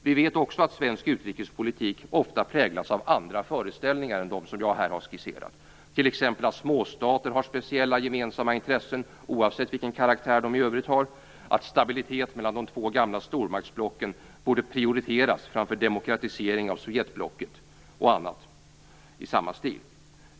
Vi vet också att svensk utrikespolitik ofta präglas av andra föreställningar än dem som jag här har skisserat, t.ex. att småstater har speciella gemensamma intressen, oavsett vilken karaktär de i övrigt har, att stabilitet mellan de två gamla stormaktsblocken borde prioriteras framför demokratisering av Sovjetblocket och annat i samma stil.